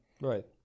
Right